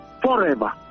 forever